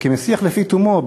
כמשיח לפי תומו,